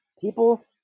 people